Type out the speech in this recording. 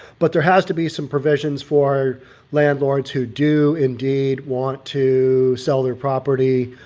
but there has to be some provisions for landlord to do indeed want to sell their property.